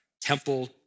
temple